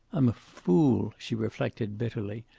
i'm a fool, she reflected bitterly.